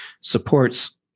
supports